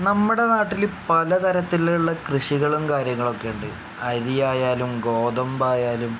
നമ്മുടെ നാട്ടിൽ പലതരത്തിലുള്ള കൃഷികളും കാര്യങ്ങളും ഒക്കെ ഉണ്ട് അരി ആയാലും ഗോതമ്പായാലും